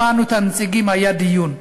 שמענו את הנציגים, היה דיון.